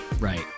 right